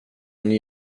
han